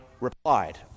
replied